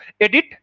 edit